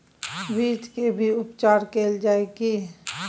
बीज के भी उपचार कैल जाय की?